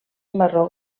marró